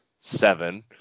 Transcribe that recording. seven